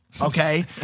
Okay